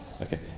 Okay